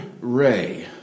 Ray